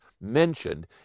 mentioned